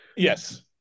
Yes